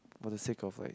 for the sake of like